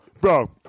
bro